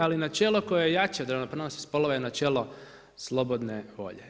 Ali načelo koje je jače od ravnopravnosti spolova je načelo slobodne volje.